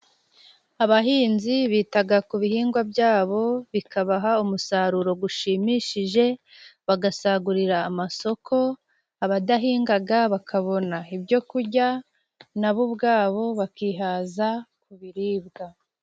Abahinzi bitaga ku bihingwa byabo bikabaha umusaruro gushimishije bagasagurira amasoko, abadahingaga bakabona ibyoku kujya nabo ubwabo bakihaza mu biribwa.